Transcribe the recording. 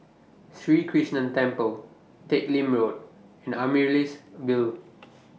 Sri Krishnan Temple Teck Lim Road and Amaryllis Ville